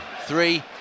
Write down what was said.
Three